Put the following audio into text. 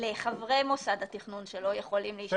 לחברי מוסד התכנון שלא יכולים להשתתף.